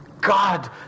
God